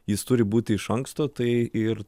jis turi būti iš anksto tai ir